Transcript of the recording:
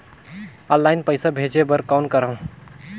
Online पईसा भेजे बर कौन करव?